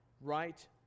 right